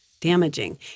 Damaging